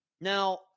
Now